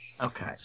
Okay